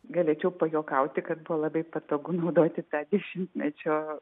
galėčiau pajuokauti kad buvo labai patogu naudoti tą dešimtmečio